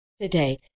today